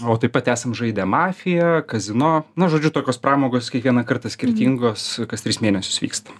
o taip pat esam žaidę mafiją kazino na žodžiu tokios pramogos kiekvieną kartą skirtingos kas tris mėnesius vyksta